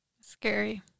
Scary